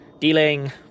Dealing